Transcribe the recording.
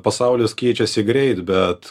pasaulis keičiasi greit bet